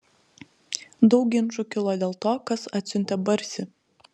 daug ginčų kilo dėl to kas atsiuntė barsį